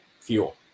fuel